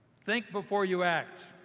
think before you act